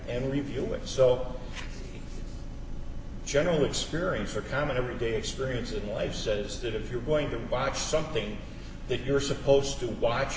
and review it so general experience or common everyday experience of life says that if you're going to watch something that you're supposed to watch